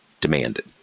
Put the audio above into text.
demanded